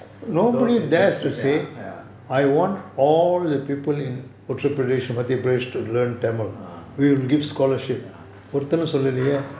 those interested ya ya ah ya